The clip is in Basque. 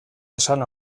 esan